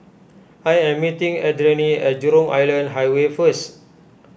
I am meeting Adrianne at Jurong Island Highway first